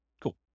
Cool